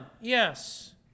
Yes